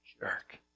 jerk